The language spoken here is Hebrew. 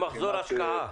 מחזור השקעה.